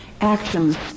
actions